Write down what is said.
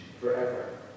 forever